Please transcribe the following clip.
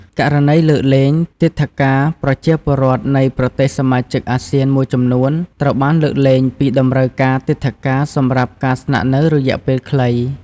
ករណីលើកលែងទិដ្ឋាការប្រជាពលរដ្ឋនៃប្រទេសសមាជិកអាស៊ានមួយចំនួន ត្រូវបានលើកលែងពីតម្រូវការទិដ្ឋាការសម្រាប់ការស្នាក់នៅរយៈពេលខ្លី។